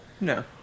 No